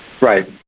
right